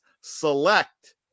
select